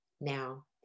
Now